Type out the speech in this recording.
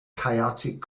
chaotic